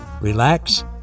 relax